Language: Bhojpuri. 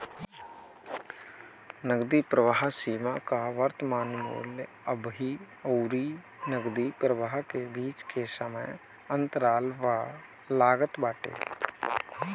नगदी प्रवाह सीमा कअ वर्तमान मूल्य अबही अउरी नगदी प्रवाह के बीच के समय अंतराल पअ लागत बाटे